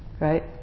right